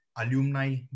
alumni